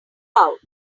out